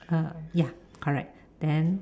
uh ya correct then